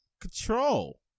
Control